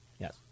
Yes